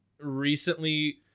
recently